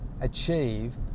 achieve